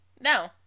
No